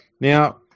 Now